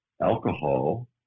alcohol